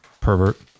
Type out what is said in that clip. pervert